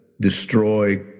destroy